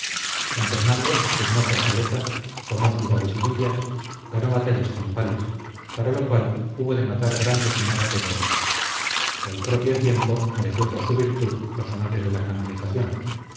san fernando expugnó fortalezas tomó ciudades y villas ganó batallas campales para lo cual hubo de matar grandes manadas de moros y al propio tiempo mereció por su virtud los honores de la canonización